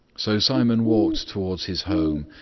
so simon walked towards his home,